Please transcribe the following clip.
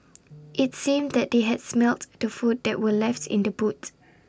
IT seemed that they had smelt the food that were left in the boot